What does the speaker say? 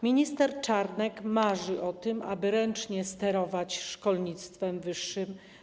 Minister Czarnek marzy o tym, aby ręcznie sterować szkolnictwem wyższym.